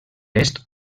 est